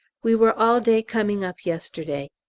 we were all day coming up yesterday.